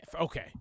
okay